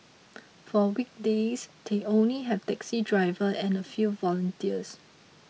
for weekdays they only have taxi drivers and a few volunteers